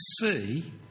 see